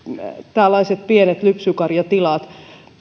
tällaiset pienet lypsykarjatilat